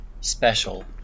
special